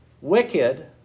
Wicked